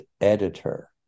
editor